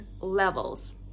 levels